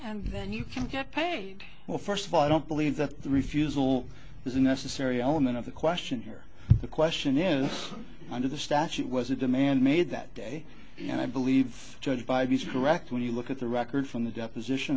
and then you can get paid well first of all i don't believe that the refusal is a necessary element of the question here the question is under the statute was a demand made that day and i believe judged by these record when you look at the record from the deposition